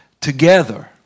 together